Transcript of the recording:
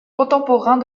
contemporains